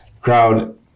crowd